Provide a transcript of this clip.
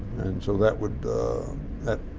and so that would that,